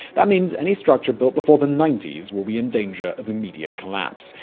that means any structure built before the ninety s will be in danger of immediate collapse.